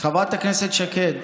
חברת הכנסת שקד,